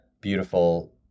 beautiful